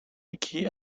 یکی